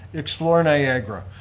exploreniagara,